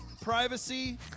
Privacy